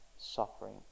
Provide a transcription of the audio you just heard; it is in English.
suffering